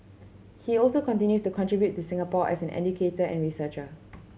he also continues to contribute to Singapore as an educator and researcher